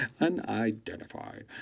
Unidentified